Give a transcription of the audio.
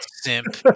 simp